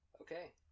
Okay